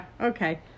Okay